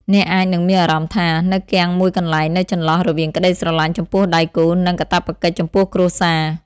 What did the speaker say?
អ្នកអាចនឹងមានអារម្មណ៍ថា នៅគាំងមួយកន្លែងនៅចន្លោះរវាងក្តីស្រឡាញ់ចំពោះដៃគូ និងកាតព្វកិច្ចចំពោះគ្រួសារ។